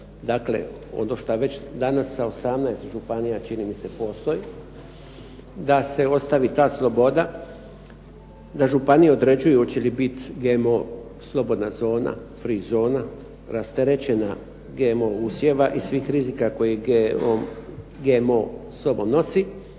Dakle ono šta već danas sa 18 županija čini mi se postoji, da se ostavi ta sloboda, da županije određuju hoće li biti GMO slobodna zona, free zona, rasterećena GMO usjeva i svih rizika koje GMO sobom nosi